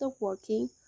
working